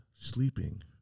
sleeping